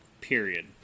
Period